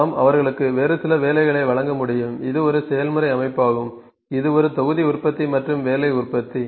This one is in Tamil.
நாம் அவர்களுக்கு வேறு சில வேலைகளை வழங்க முடியும் இது ஒரு செயல்முறை அமைப்பாகும் இது ஒரு தொகுதி உற்பத்தி மற்றும் வேலை உற்பத்தி